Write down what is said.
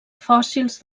fòssils